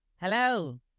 Hello